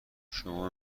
شما